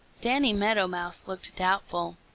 danny meadow mouse looked doubtful.